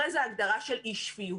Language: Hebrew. הרי זו הגדרה של אי שפיות.